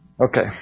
Okay